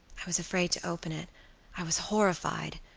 i was afraid to open it i was horrified.